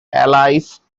allies